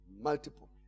multiple